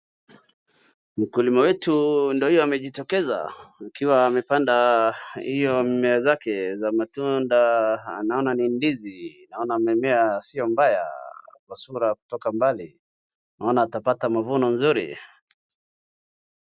Mkulima wetu ndo huyo amejitokeza mkiwa amepanda hiyo mimea zake za matunda. Anaona ni ndizi amemea si baya kwa sura kutoka mbali. Anaona atapata mavuno nzuri.